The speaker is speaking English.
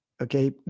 Okay